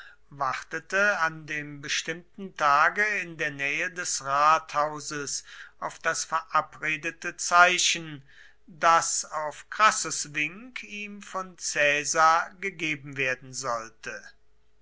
wartete an dem bestimmten tage in der nähe des rathauses auf das verabredete zeichen das auf crassus wink ihm von caesar gegeben werden sollte